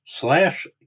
slash